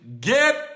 Get